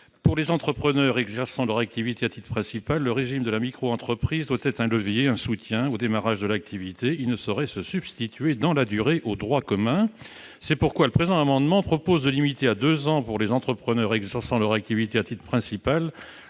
Pour les entrepreneurs exerçant leur activité à titre principal, le régime de la micro-entreprise doit être un levier, un soutien au démarrage de l'activité, mais il ne saurait se substituer dans la durée au droit commun. C'est pourquoi le présent amendement vise à limiter à deux ans, pour les entrepreneurs exerçant leur activité à titre principal,